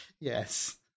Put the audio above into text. Yes